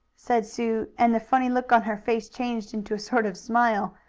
said sue, and the funny look on her face changed into a sort of smile,